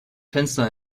fenster